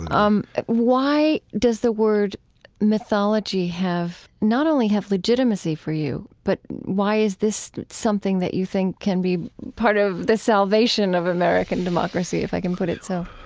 and um why does the word mythology have not only have legitimacy for you, but why is this something that you think can be part of the salvation of american democracy, if i can put it so?